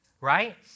right